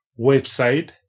website